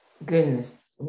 Goodness